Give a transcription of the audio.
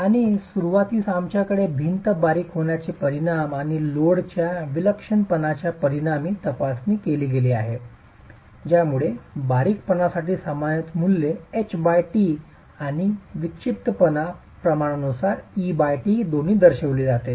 आणि सुरूवातीस आमच्याकडे भिंत बारीक होण्याचे परिणाम आणि लोडच्या विलक्षणपणाच्या परिणामाची तपासणी केली गेली आहे ज्यामुळे बारीकपणासाठी सामान्यीकृत मूल्ये ht आणि विक्षिप्तपणा प्रमाणानुसार et दोन्ही दर्शविली जाते